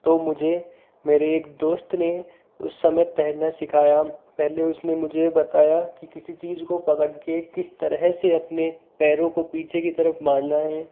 तो मुझे मेरे एक दोस्त ने उस समय तैरना सिखाया पहले उसने मुझे ये बताया कि किसी चीज़ जो पकड़कर किस तरह से अपने पैरों को पीछे की तरफ मारना है